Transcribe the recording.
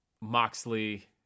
Moxley